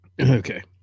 Okay